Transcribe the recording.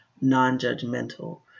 non-judgmental